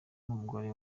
n’umugore